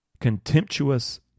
Contemptuous